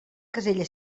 casella